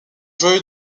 joyau